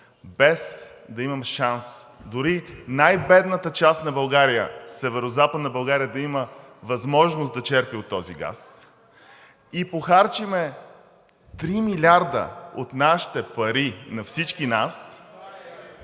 без да имаме шанс дори най-бедната част на България – Северозападна България, да има възможност да черпи от този газ, и похарчим три милиарда от нашите пари, на всички нас,